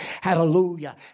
Hallelujah